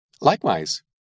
Likewise